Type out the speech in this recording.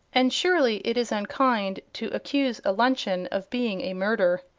and surely it is unkind to accuse a luncheon of being a murder.